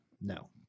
No